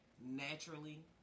naturally